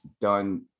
done